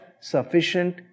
sufficient